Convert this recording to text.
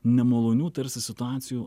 nemalonių tarsi situacijų